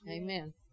Amen